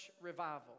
Revival